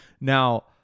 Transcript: Now